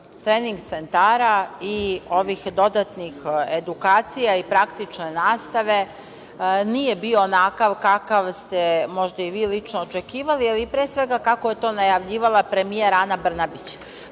trening centara i ovih dodatnih edukacija i praktične nastave nije bio onakav kakav ste možda i vi lično očekivali, ali pre svega, kako je to najavljivala premijer Ana Brnabić. Prošle